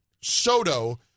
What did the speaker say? Soto